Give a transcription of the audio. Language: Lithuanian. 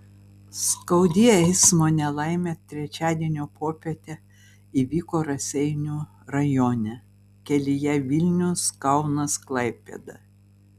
skaudi eismo nelaimė trečiadienio popietę įvyko raseinių rajone kelyje vilnius kaunas klaipėda